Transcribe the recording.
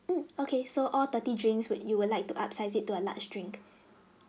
mm okay so all thirty drinks would you would like to upsize it to a large drink